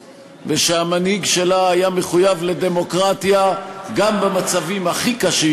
ושהמנהיג שלה היה מחויב לדמוקרטיה גם במצבים הכי קשים.